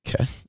Okay